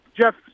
Jeff